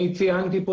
ציינתי פה